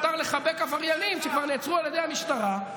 מותר לחבק עבריינים שכבר נעצרו על ידי המשטרה,